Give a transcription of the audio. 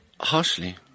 Harshly